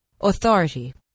Authority